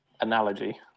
analogy